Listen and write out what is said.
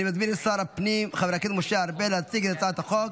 אני מזמין את שר הפנים חבר הכנסת משה ארבל להציג את הצעת החוק,